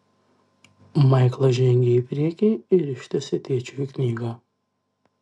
maiklas žengė į priekį ir ištiesė tėčiui knygą